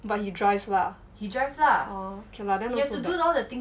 but he drive lah orh okay lah then not so bad